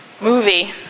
movie